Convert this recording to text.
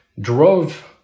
drove